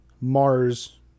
Mars